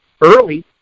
early